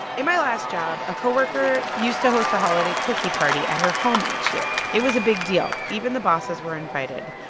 in my last job, a co-worker used to host a holiday cookie party at her home each year. it was a big deal. even the bosses were invited.